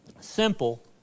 simple